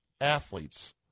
athletes